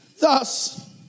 thus